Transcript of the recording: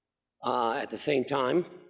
ah at the same time,